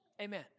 amen